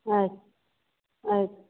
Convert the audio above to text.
ಆಯ್ತು ಆಯ್ತು